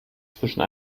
zwischen